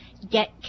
get